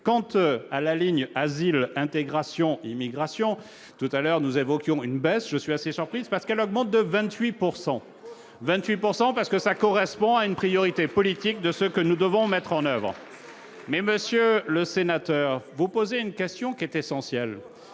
quand tu as la ligne Asile intégration immigration tout à l'heure, nous évoquions une baisse, je suis assez surprise parce qu'elle augmente de 28 pourcent 28 pourcent parce que ça correspond à une priorité politique de ce que nous devons mettre en oeuvre mais, Monsieur le Sénateur, vous poser une question qui est essentiel